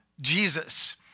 Jesus